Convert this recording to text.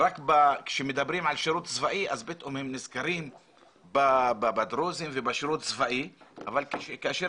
רק כשמדברים על שירות צבאי פתאום נזכרים בדרוזים ובשירות הצבאי אבל כאשר